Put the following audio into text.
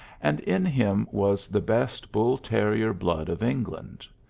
and in him was the best bull-terrier blood of england,